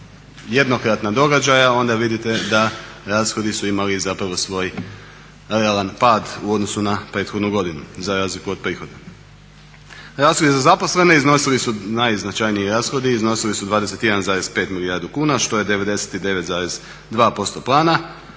jednokratna događaja onda vidite da rashodi su imali zapravo svoj realan pad u odnosu na prethodnu godinu za razliku od prethodne. Rashodi za zaposlene iznosili su najznačajniji rashodi iznosili su 21,5 milijardu kuna što je 99,2% plana